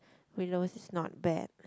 Willows is not bad